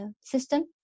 system